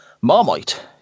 marmite